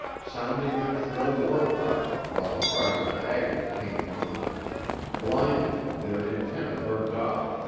sounding their shrill war cry while cries of agony came from them blinded, their antennae burnt off,